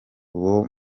uwo